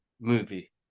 movie